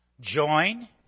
join